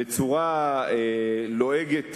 בצורה לועגת ומזלזלת,